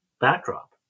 backdrop